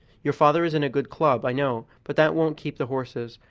your father is in a good club, i know, but that won't keep the horses,